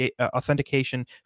authentication